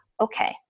okay